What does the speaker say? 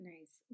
Nice